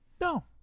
No